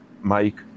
Mike